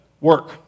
work